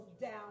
down